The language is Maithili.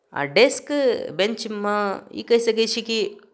आ डेस्क बेंचमे ई कहि सकैत छी कि